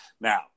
Now